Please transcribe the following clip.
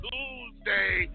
Tuesday